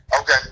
okay